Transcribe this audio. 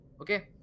Okay